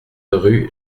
rue